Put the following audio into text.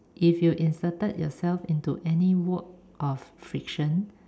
if you inserted yourself into any work of friction